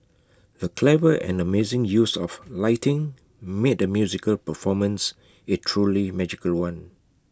the clever and amazing use of lighting made the musical performance A truly magical one